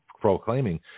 proclaiming